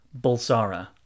Bulsara